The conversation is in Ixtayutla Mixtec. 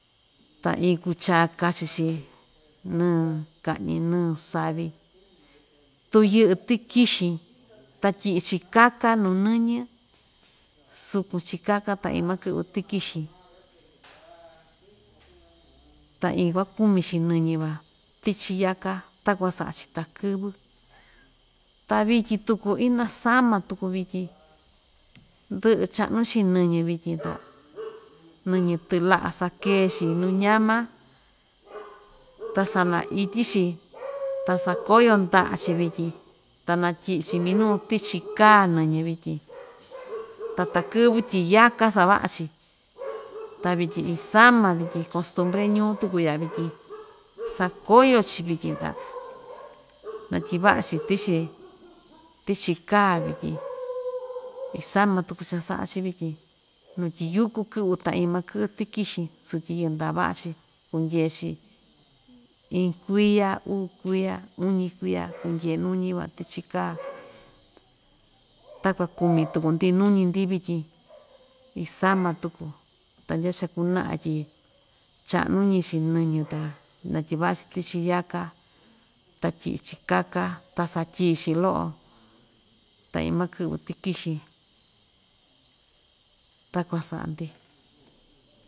Ta iin kuchaa kachi‑chi nɨɨ kaꞌñi nɨɨ savi tu yɨꞌɨ tɨkixin ta tyiꞌi‑chi kaka nuu nɨñɨ sukun‑chi kaka ta in makɨꞌvi tɨkɨxɨn ta in kuakumi‑chi nɨñɨ van tichi yaka takuan saꞌa‑chi ta‑kɨvɨ ta vityin tuku inasama tuku vityin, ndiꞌi chaꞌñu‑chi nɨñɨ vityin ta nɨñɨ tɨlaꞌa sakee‑chi nuu ñama ta sana ityi‑chi ta sakoyo ndaꞌa‑chi vityin ta natyiꞌi‑chi minuu tichi kaa nɨñɨ vityin ta takɨvɨ tyi yaka savaꞌa‑chi ta vityin isama vityin costumbri ñuu tuku ya vityin sakoyo‑chi vityin ta natyivaꞌa‑chi tichi tichi kaa vityin, isama tuku cha saꞌa‑chi vityin nuu tyi yuku kɨꞌvɨ ta in makɨꞌɨ tɨkɨsɨn sutyi yɨndaꞌa vaꞌa‑chi kundyee‑chi iin kuiya, uu kuiya uñi kuiya kundyee nuñi van tichi kaa takuan kumi tuku‑ndi nuñi‑ndi vityin isama tuku ta ndyaa cha‑kunaꞌa tyi chaꞌnuñi‑chi nɨñɨ ta natyivaꞌa‑chi tichi yaka ta tyiꞌi‑chi kaka ta satyii‑chi loꞌo tain makɨvɨ tɨkɨxɨn takuan saꞌa‑ndi.